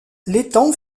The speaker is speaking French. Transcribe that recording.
l’étang